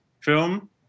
film